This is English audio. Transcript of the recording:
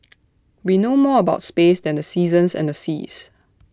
we know more about space than the seasons and the seas